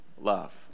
love